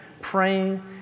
praying